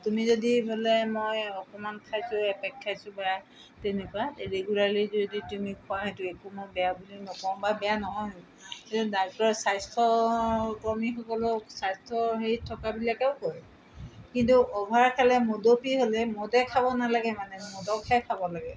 তুমি যদি বোলে মই অকণমান খাইছোঁ এপেক খাইছোঁ বা তেনেকুৱা ৰেগুলাৰ্লি যদি তুমি খোৱা সেইটো একো মই বেয়া বুলি নকওঁ বা বেয়া নহয় ডাক্টৰ স্বাস্থ্যকৰ্মীসকলেও স্বাস্থ্য হেৰিত থকা বিলাকেও কয় কিন্তু অ'ভাৰ খালে মদপি হ'লে মদে খাব নালাগে মানে মদকহে খাব লাগে